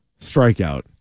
strikeout